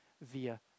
via